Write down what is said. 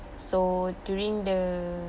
so during the